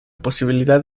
posibilidad